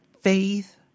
faith